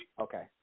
Okay